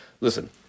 Listen